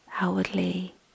outwardly